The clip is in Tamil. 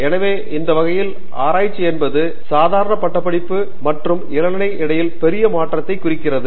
எனவே அந்த வகையில் ஆராய்ச்சி என்பது சாதாரண பட்டப்படிப்பு மற்றும் இளநிலை இடையில் பெரிய மாற்றத்தை குறிக்கிறது